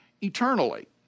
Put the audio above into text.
eternally